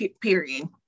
period